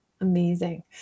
amazing